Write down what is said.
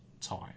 time